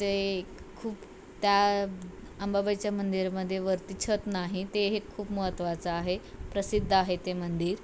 तिथे खूप त्या अंबाबाईच्या मंदिरामध्ये वरती छत नाही ते हे खूप महत्त्वाचं आहे प्रसिद्ध आहे ते मंदिर